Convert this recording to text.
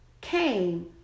came